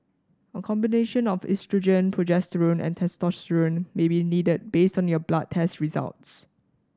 a combination of oestrogen progesterone and testosterone may be needed based on your blood test results